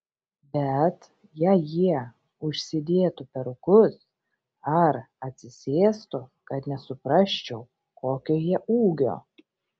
bet jei jie užsidėtų perukus ar atsisėstų kad nesuprasčiau kokio jie ūgio